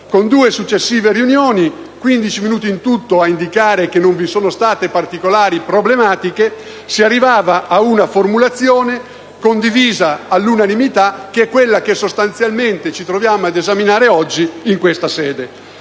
Con due successive riunioni - quindici minuti in tutto, a indicare che non vi sono state particolari problematiche - si arrivava a una formulazione condivisa all'unanimità: quella che sostanzialmente ci troviamo ad esaminare oggi in questa sede.